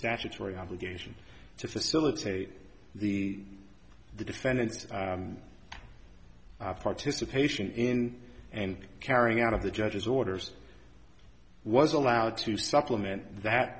statutory obligation to facilitate the the defendant's participation in and carrying out of the judge's orders was allowed to supplement that